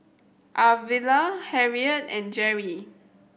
Arvilla Harriette and Jerrie